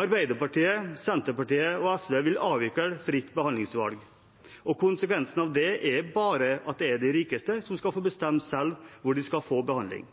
Arbeiderpartiet, Senterpartiet og SV vil avvikle fritt behandlingsvalg. Konsekvensene av det er at det bare er de rikeste som skal få bestemme selv hvor de skal få behandling,